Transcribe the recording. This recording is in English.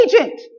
agent